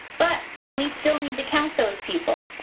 but we still need to count those people.